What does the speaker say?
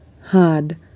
hard